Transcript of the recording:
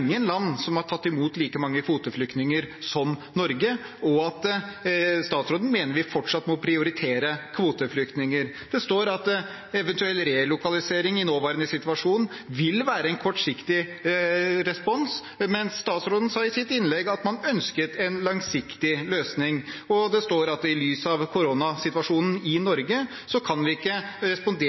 land som har tatt imot like mange kvoteflyktninger som Norge, og at statsråden mener vi fortsatt må prioritere kvoteflyktninger. Det står at en eventuell relokalisering i den nåværende situasjonen vil være en kortsiktig respons, mens statsråden i sitt innlegg sa at man ønsker en langsiktig løsning. Det står at i lys av koronasituasjonen i Norge kan vi ikke respondere